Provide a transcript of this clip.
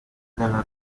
della